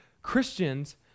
Christians